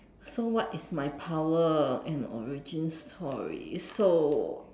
so what is my power and origin story so